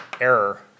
Error